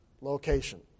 location